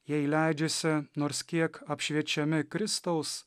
jei leidžiasi nors kiek apšviečiami kristaus